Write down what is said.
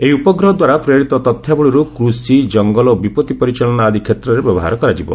ଏହି ଉପଗ୍ରହ ଦ୍ୱାରା ପ୍ରେରିତ ତଥ୍ୟାବଳୀକୁ କୃଷି ଜଙ୍ଗଲ ଓ ବିପଭି ପରିଚାଳନା ଆଦି କ୍ଷେତ୍ରରେ ବ୍ୟବହାର କରାଯିବ